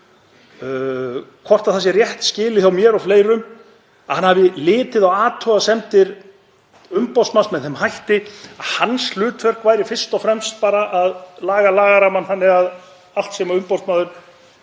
hvort það sé rétt skilið hjá mér og fleirum að hann hafi litið á athugasemdir umboðsmanns með þeim hætti að hans hlutverk væri fyrst og fremst að laga lagarammann þannig að allt sem umboðsmaður